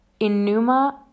Enuma